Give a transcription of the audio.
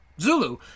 Zulu